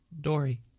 dory